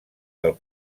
del